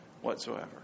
whatsoever